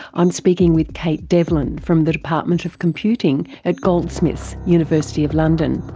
i'm speaking with kate devlin from the department of computing at goldsmiths university of london,